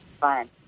Fine